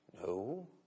No